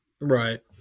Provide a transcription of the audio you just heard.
Right